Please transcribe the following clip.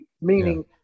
meaning